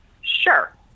sure